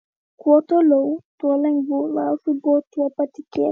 kuo toliau tuo lengviau ralfui buvo tuo patikėti